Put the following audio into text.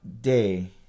day